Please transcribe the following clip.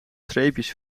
streepjes